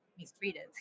mistreated